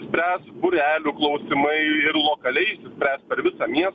spręs būrelių klausimai ir lokaliai spręs per visą miestą